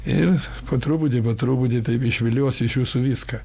ir po truputį po truputį taip išvilios iš jūsų viską